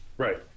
Right